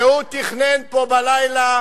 והוא תכנן פה בלילה